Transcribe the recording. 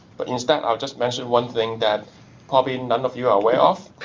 but instead, i'll just mention one thing that probably none of you are aware of.